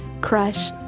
crush